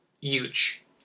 huge